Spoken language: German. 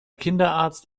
kinderarzt